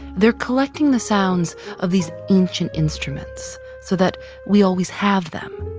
they're collecting the sounds of these ancient instruments so that we always have them.